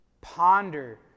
Ponder